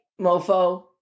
mofo